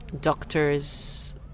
Doctors